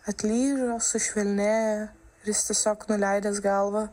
atlyžo sušvelnėjo ir jis tiesiog nuleidęs galvą